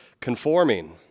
conforming